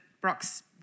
Brock's